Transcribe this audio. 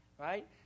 right